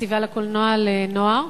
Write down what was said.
פסטיבל הקולנוע לנוער.